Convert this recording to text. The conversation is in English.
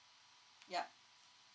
yup